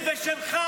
מה עשיתם?